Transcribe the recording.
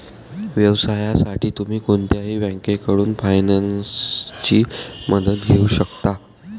व्यवसायासाठी तुम्ही कोणत्याही बँकेकडून फायनान्सची मदत घेऊ शकता